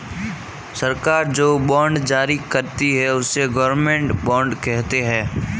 सरकार जो बॉन्ड जारी करती है, उसे गवर्नमेंट बॉन्ड कहते हैं